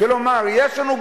נגמר הדיון, זה היה